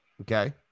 okay